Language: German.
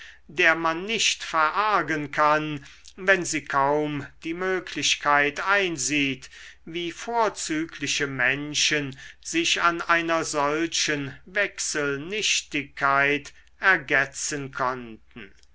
der man nicht verargen kann wenn sie kaum die möglichkeit einsieht wie vorzügliche menschen sich an einer solchen wechselnichtigkeit ergetzen konnten